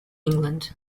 england